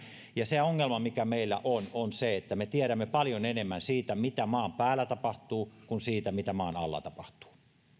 ja se ongelma mikä meillä on on se että me tiedämme paljon enemmän siitä mitä maan päällä tapahtuu kuin siitä mitä maan alla tapahtuu